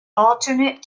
alternate